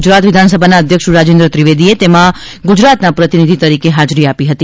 ગુજરાત વિધાનસભાના અધ્યક્ષશ્રી રાજેન્દ્ર ત્રિવેદીએ તેમાં ગુજરાતના પ્રતિનિધી તરીકે હાજરી આપી હતી